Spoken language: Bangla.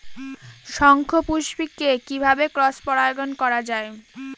শঙ্খপুষ্পী কে কিভাবে ক্রস পরাগায়ন করা যায়?